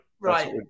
Right